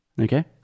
Okay